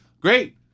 great